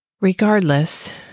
Regardless